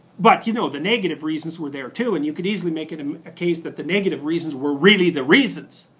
but you know the negative reasons were there too, and you could easily make it um a case that the negative reasons were really the reasons.